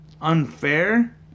Unfair